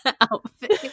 outfit